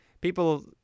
People